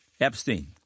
Epstein